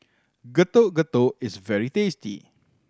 Getuk Getuk is very tasty